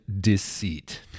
deceit